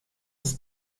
das